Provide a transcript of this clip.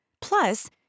Plus